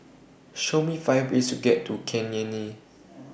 Show Me five ways to get to Cayenne